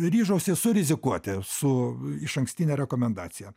ryžausi surizikuoti su išankstine rekomendacija